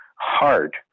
hard